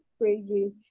crazy